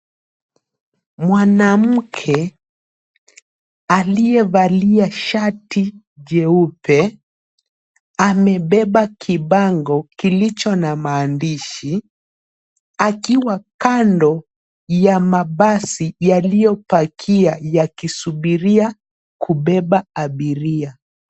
Mwanamke aliyevalia shati jeupe amebeba kibango kilicho na maandishi akiwa kando ya mabasi yaliyopakia yakisubiria kubeba abiria.